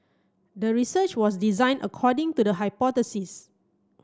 the research was designed according to the hypothesis